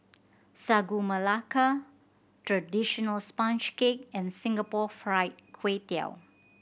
Sagu Melaka traditional sponge cake and Singapore Fried Kway Tiao